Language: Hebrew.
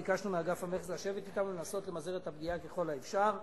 ביקשנו מאגף המכס לשבת אתם ולנסות למזער את הפגיעה ככל האפשר.